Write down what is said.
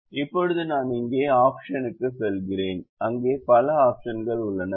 இப்போது நாம் இங்கே ஆப்ஷனுக்கு செல்கிறோம் அங்கே பல ஆப்ஷன்கள் உள்ளன